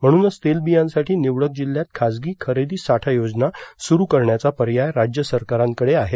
म्हणूनच तेलबियांसाठी निवडक जिल्ह्यात खासगी खरेदी साठा योजना स्रुरु करण्याचा पर्याय राज्य सरकारांकडे आहे